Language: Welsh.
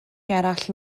gerallt